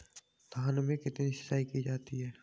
धान में कितनी सिंचाई की जाती है?